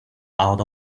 out